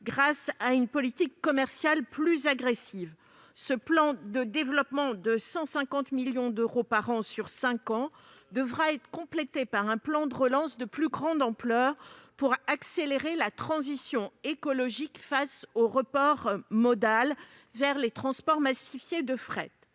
grâce à une politique commerciale plus agressive. Ce plan de développement de 150 millions d'euros par an sur cinq ans devra être complété par un plan de relance de plus grande ampleur pour accélérer la transition écologique grâce au report modal vers les transports massifiés de fret.